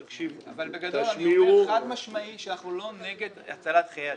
אבל בגדול אני אומר חד משמעית שאנחנו לא נגד הצלת חיי אדם,